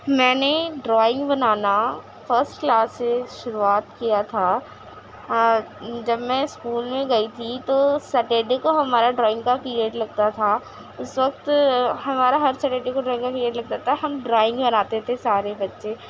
میں نے ڈرائنگ بنانا فسٹ کلاس سے شروعات کیا تھا اور جب میں اسکول میں گئی تھی تو سٹرڈے کو ہمارا ڈرائنگ کا پریڈ لگتا تھا اس وقت ہمارا ہر سٹرڈے کو ڈرائنگ کا پریڈ لگتا تھا ہم ڈرائنگ بناتے تھے سارے بچے